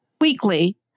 weekly